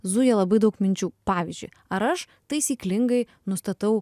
zuja labai daug minčių pavyzdžiui ar aš taisyklingai nustatau